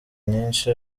nyinshi